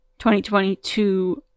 2022